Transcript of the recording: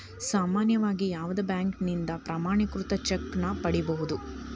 ಸಾಮಾನ್ಯವಾಗಿ ಯಾವುದ ಬ್ಯಾಂಕಿನಿಂದ ಪ್ರಮಾಣೇಕೃತ ಚೆಕ್ ನ ಪಡಿಬಹುದು